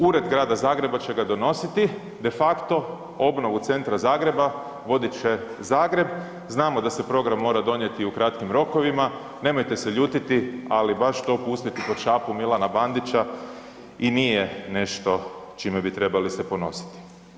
Ured Grada Zagreba će ga donositi, de facto obnovu centra Zagreba vodit će Zagreb, znamo da se program mora donijeti u kratkim rokovima, nemojte se ljutiti, ali baš to pustiti pod šapu Milana Bandića i nije nešto čime bi trebali se ponositi.